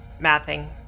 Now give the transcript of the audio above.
Mathing